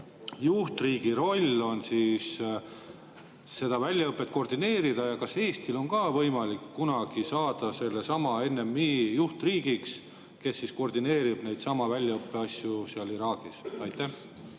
juhtriigi roll on seda väljaõpet koordineerida. Kas Eestil on ka võimalik kunagi saada sellesama NMI juhtriigiks, kes koordineerib neid väljaõppeasju seal Iraagis? Aitäh,